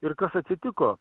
ir kas atsitiko